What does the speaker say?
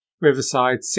riverside